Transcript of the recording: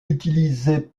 utilisés